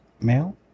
male